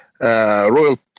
Royal